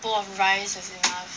bowl of rice is enough